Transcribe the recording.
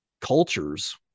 cultures